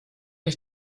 ich